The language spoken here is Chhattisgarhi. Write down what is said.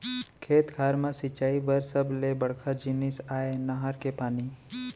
खेत खार म सिंचई बर सबले बड़का जिनिस आय नहर के पानी